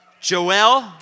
Joel